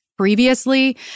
previously